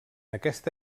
aquesta